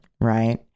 right